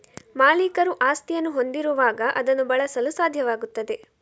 ಮಾಲೀಕರು ಆಸ್ತಿಯನ್ನು ಹೊಂದಿರುವಾಗ ಅದನ್ನು ಬಳಸಲು ಸಾಧ್ಯವಾಗುತ್ತದೆ